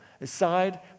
aside